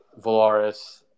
Volaris